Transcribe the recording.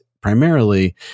primarily